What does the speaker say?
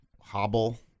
hobble